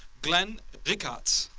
glenn ricart.